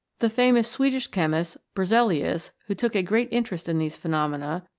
the famous swedish chemist berzelius, who took a great interest in these phenomena,